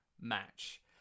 match